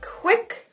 quick